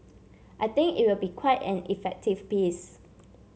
I think it will be quite an effective piece